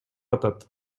атат